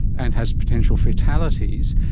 and has potential fatalities.